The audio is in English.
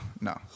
No